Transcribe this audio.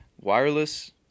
wireless